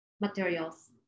materials